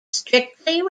strictly